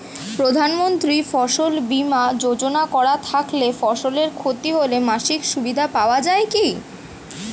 প্রধানমন্ত্রী ফসল বীমা যোজনা করা থাকলে ফসলের ক্ষতি হলে মাসিক সুবিধা পাওয়া য়ায় কি?